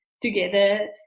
together